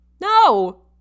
No